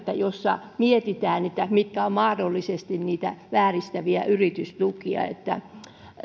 jossa mietitään mitkä mitkä ovat mahdollisesti niitä vääristäviä yritystukia